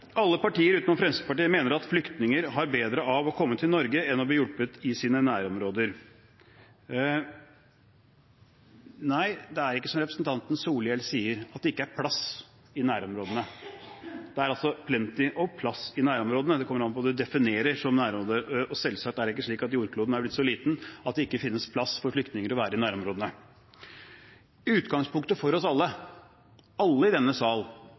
Alle partier utenom Fremskrittspartiet mener at flyktninger har bedre av å komme til Norge enn å bli hjulpet i sine nærområder. Nei, det er ikke som representanten Solhjell sier, at det ikke er plass i nærområdene. Det er plenty av plass i nærområdene, det kommer an på hva man definerer som nærområde. Og selvsagt er det ikke slik at jordkloden er blitt så liten at det ikke finnes plass for flyktninger til å være i nærområdene. Utgangspunktet for oss alle – alle i denne sal